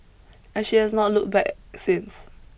and she has not looked back since